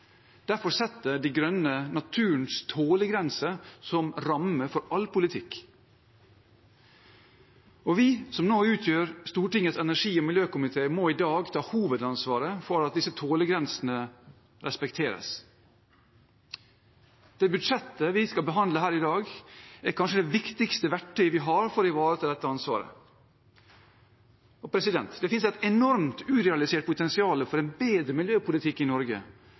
Derfor setter De Grønne naturens tålegrense som ramme for all politikk. Vi som nå utgjør Stortingets energi- og miljøkomité, må i dag ta hovedansvaret for at disse tålegrensene respekteres. Det budsjettet vi skal behandle her i dag, er kanskje det viktigste verktøyet vi har for å ivareta dette ansvaret. Det finnes et enormt, urealisert potensial for en bedre miljøpolitikk i Norge.